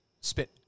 spit